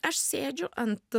aš sėdžiu ant